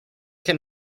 can